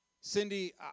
Cindy